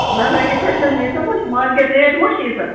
نہ نہ ییٖژاہ چھَنہٕ ییٖژاہ ما چھِ مارکیٹ ریٹ ما چھِ ییٖژاہ